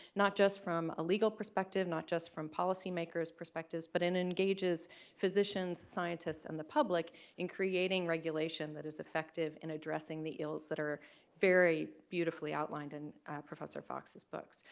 not just from a legal perspective, not just from policymakers perspectives, but it engages physicians scientists and the public in creating regulation that is effective in addressing the ills that are very beautifully outlined and professor fox's books.